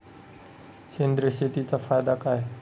सेंद्रिय शेतीचा फायदा काय?